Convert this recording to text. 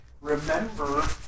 remember